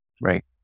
Right